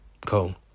cool